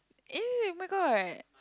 eh oh-my-god